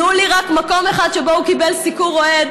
תנו לי רק מקום אחד שבו הוא קיבל סיקור אוהד